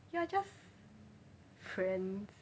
you are just friends